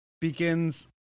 begins